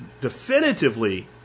definitively